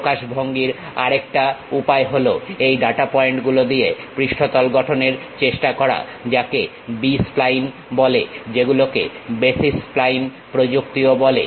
প্রকাশভঙ্গির আরেকটা উপায় হলো এই ডাটা পয়েন্ট গুলো দিয়ে পৃষ্ঠতল গঠনের চেষ্টা করা যাকে B স্প্লাইন বলে যেগুলোকে বেসিস স্প্লাইন প্রযুক্তিও বলে